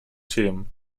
themen